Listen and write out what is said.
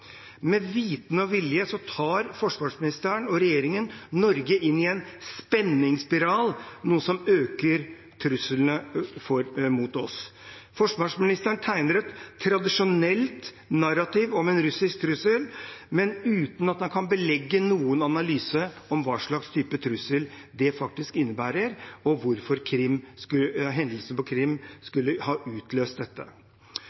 Med vitende og vilje tar forsvarsministeren og regjeringen Norge inn i en spenningsspiral, noe som øker truslene mot oss. Forsvarsministeren tegner et tradisjonelt narrativ om en russisk trussel, men uten at han kan belegge noen analyse om hva slags trussel det faktisk innebærer, og hvorfor hendelsen på Krim